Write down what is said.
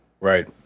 Right